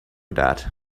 that